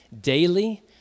daily